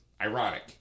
ironic